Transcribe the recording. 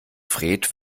fred